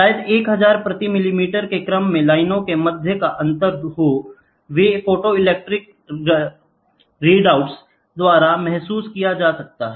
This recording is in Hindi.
शायद 1000 प्रति मिलीमीटर के क्रम में लाइनों के मध्य का अंतर हो वे फोटोइलेक्ट्रिक रीडआउट्स द्वारा महसूस किया जा सकता है